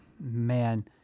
man